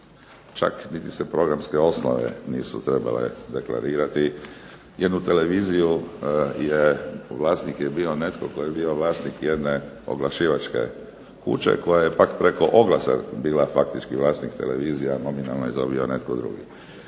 Čak niti se programske osnove nisu trebale deklarirati. Jednu televizije vlasnik je bio netko tko je bio vlasnik jedne oglašivačke kuće koja je pak preko oglasa bila faktički vlasnik televizija, a nominalno je to bio netko drugi.